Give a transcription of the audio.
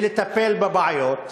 ולטפל בבעיות,